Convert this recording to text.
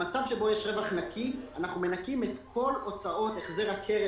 במצב שבו יש רווח נקי אנחנו מנכים את כל הוצאות החזר הקרן,